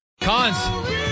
Cons